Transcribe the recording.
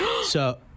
So-